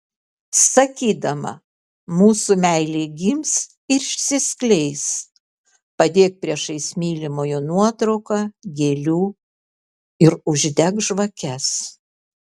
sakydama mūsų meilė gims ir išsiskleis padėk priešais mylimojo nuotrauką gėlių ir uždek žvakes